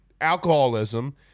alcoholism